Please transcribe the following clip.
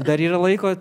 dar yra laiko